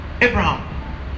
Abraham